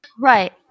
Right